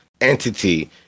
entity